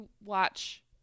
watch